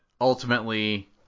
ultimately